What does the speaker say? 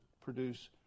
produce